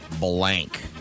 blank